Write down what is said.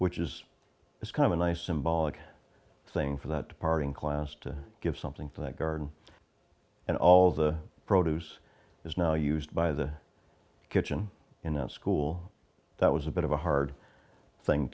which is it's kind of a nice symbolic thing for that part in class to give something for that garden and all the produce is now used by the kitchen in a school that was a bit of a hard thing